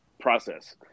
process